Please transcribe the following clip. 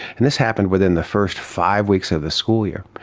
and this happened within the first five weeks of the school year.